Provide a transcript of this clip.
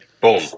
Boom